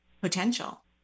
potential